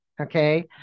okay